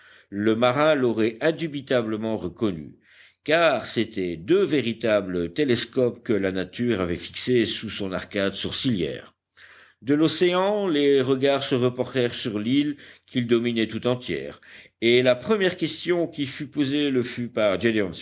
le marin l'aurait indubitablement reconnue car c'étaient deux véritables télescopes que la nature avait fixés sous son arcade sourcilière de l'océan les regards se reportèrent sur l'île qu'ils dominaient tout entière et la première question qui fut posée le fut par